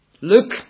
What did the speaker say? Look